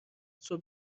صبح